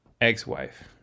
ex-wife